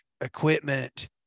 equipment